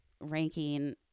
ranking